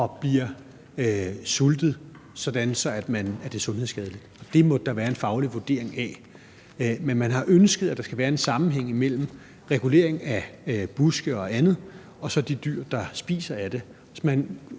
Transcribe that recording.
og bliver sultet, sådan at det er sundhedsskadeligt. Det må der være en faglig vurdering af. Men man har ønsket, at der skal være en sammenhæng mellem reguleringen af buske og andet og så de dyr, der spiser af det.